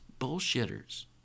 bullshitters